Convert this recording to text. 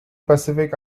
pacific